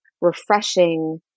refreshing